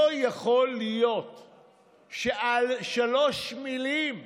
לא יכול להיות שעל שלוש מילים,